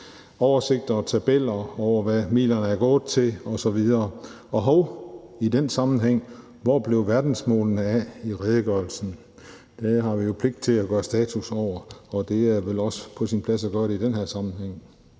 oversigter og tabeller over, hvad midlerne er gået til osv. Og hov, i den sammenhæng: Hvor blev verdensmålene af i redegørelsen? Det har vi jo pligt til at gøre status over, og det er vel også på sin plads at gøre det i den her sammenhæng.